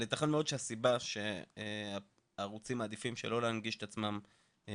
אבל ייתכן מאוד שהסיבה שערוצים שמעדיפים לא להנגיש את עצמם באינטרנט,